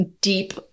deep